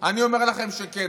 אני אומר לכם שכן.